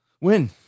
Win